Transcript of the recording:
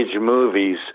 movies